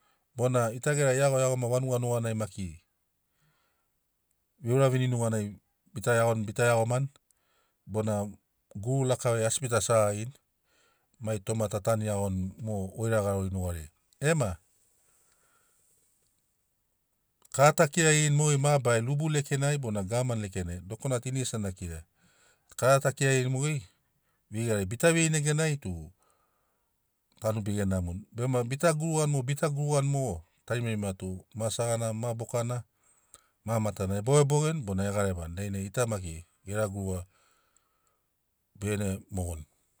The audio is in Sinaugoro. Bona gita gera iago iagoma vanuga nuganai maki veuravini nuganai bita iago iago mani bona guru lakavari asi bita segagini mai toma ta tanuni iagoni mo goira garori nugariai ema mo kara ta kiragini mogeri mabarari lubu lekenai bona gavamani lekenai dokonai tu ini gesina na kira kara ta kiragirini mogeri veigari bita veirini neganai tu tanu bege namoni bema bita gurugani bita gurugani mogo tarimarima tu ma segana ma bokana matana e bogeboge bona e garevani dainai gita maki gera guruga begene mogoni.